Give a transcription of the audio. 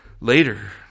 later